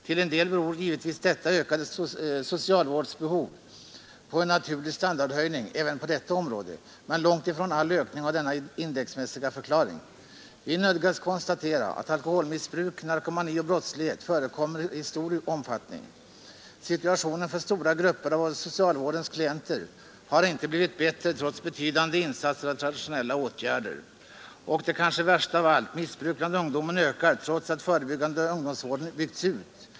Till en del beror givetvis detta ökade socialvårdsbehov på en naturlig standardhöjning även på detta område. Men långt ifrån all ökning har denna indexmässiga förklaring. Vi nödgas konstatera att alkoholmissbruk, narkomani och brottslighet förekommer i stor omfattning. Situationen för stora grupper av socialvårdens klienter har inte blivit bättre trots betydande insatser av traditionella åtgärder. Och det kanske värsta av allt: missbruk bland ungdomen ökar trots att den förebyggande ungdomsvården byggts ut.